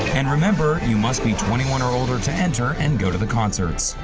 and remember, you must be twenty one or older to enter and go to the concert.